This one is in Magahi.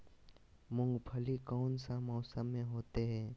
मूंगफली कौन सा मौसम में होते हैं?